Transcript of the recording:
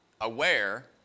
aware